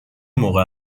موقع